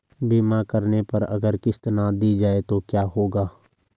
बीमा करने पर अगर किश्त ना दी जाये तो क्या होगा?